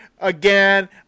again